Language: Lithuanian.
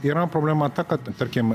yra problema ta kad tarkim